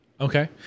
Okay